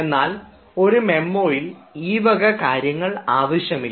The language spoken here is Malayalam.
എന്നാൽ ഒരു മെമ്മോയിൽ ഈവക കാര്യങ്ങൾ ആവശ്യമില്ല